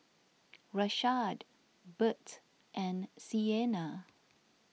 Rashaad Burt and Siena